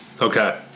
Okay